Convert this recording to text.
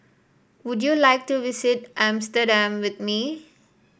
would you like to visit Amsterdam with me